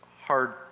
hard